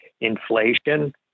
inflation